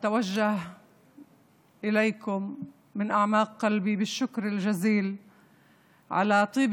אני פונה אליכם מעומק ליבי בתודה עמוקה על המילים